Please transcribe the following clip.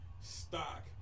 stock